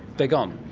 they're gone?